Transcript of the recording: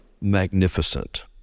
magnificent